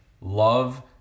love